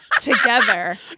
together